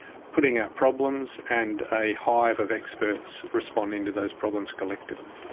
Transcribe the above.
putting out problems, and a hive of experts responding to those problems collectively.